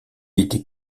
était